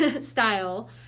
style